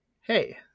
hey